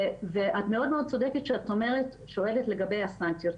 ואת מאוד מאוד צודקת כשאת שואלת לגבי הסנקציות.